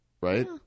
right